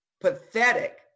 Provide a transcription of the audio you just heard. pathetic